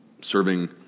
Serving